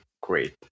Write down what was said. great